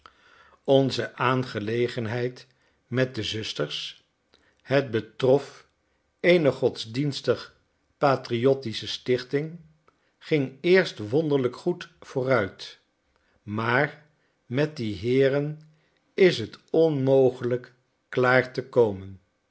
onze aangelegenheid met de zusters het betrof eene godsdienstig patriotische stichting ging eerst wonderlijk goed vooruit maar met die heeren is t onmogelijk klaar te komen